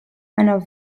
einer